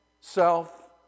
self